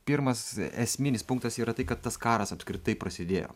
pirmas esminis punktas yra tai kad tas karas apskritai prasidėjo